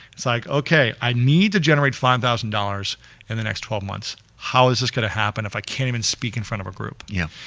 it's like, okay, i need to generate five thousand dollars in the next twelve months how is it gonna happen if i can't even speak in front of a group? yeah.